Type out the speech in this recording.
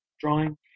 drawing